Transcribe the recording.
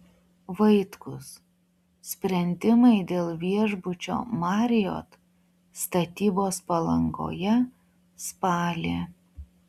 vaitkus sprendimai dėl viešbučio marriott statybos palangoje spalį